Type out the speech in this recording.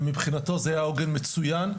ומבחינתו, זה היה עוגן מצוין.